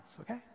okay